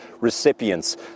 recipients